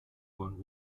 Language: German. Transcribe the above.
wollen